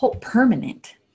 permanent